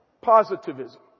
Positivism